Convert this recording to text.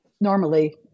normally